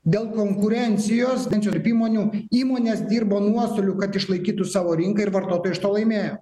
dėl konkurencijos tarp įmonių įmonės dirbo nuostoliu kad išlaikytų savo rinką ir vartotojai iš to laimėjo